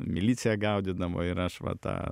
milicija gaudydavo ir aš va tą